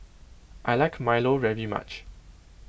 I like Milo very much